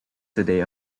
today